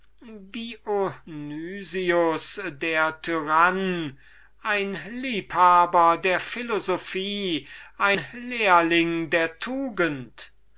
ein liebhaber der philosophie ein lehrling der